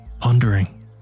pondering